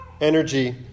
energy